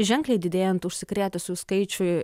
ženkliai didėjant užsikrėtusių skaičiui